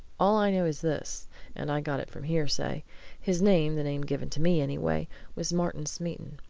all i know is this and i got it from hearsay his name the name given to me, anyway was martin smeaton.